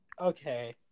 okay